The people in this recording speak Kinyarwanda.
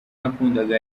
nakundaga